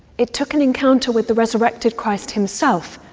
it took an encounter with the resurrected christ himself,